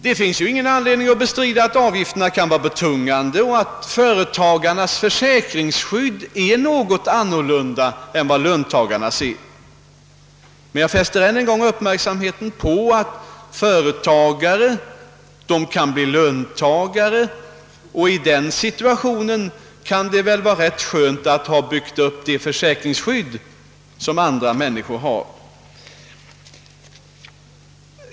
Det finns ingen anledning att bestrida att avgifterna kan vara betungande och att företagarnas försäkringsbehov är något annorlunda än löntagarnas. Men jag fäster än en gång uppmärksamheten på att företagare kan bli löntagare, och i den situationen kan det väl vara ganska skönt att ha byggt upp det försäkringsskydd som andra människor har.